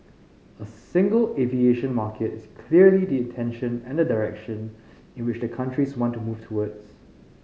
a single aviation market is clearly the intention and the direction in which the countries want to move towards